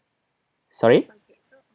sorry